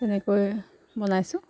তেনেকৈ বনাইছোঁ